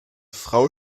frau